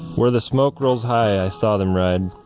where the smoke rolls high i saw them ride,